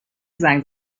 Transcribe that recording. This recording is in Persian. زنگ